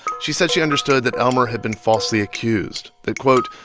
she said she understood that elmer had been falsely accused, that, quote,